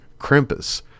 Krampus